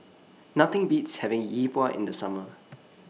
Nothing Beats having Yi Bua in The Summer